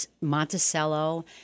Monticello